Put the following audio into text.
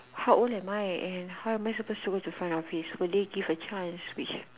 how old am I and how am I suppose to find the office will they give a chance which